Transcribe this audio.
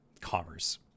commerce